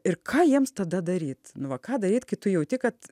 ir ką jiems tada daryt nu va ką daryt kai tu jauti kad